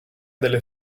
delle